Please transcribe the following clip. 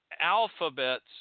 alphabets